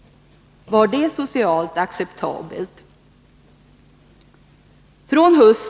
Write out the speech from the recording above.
Var det socialt acceptabelt?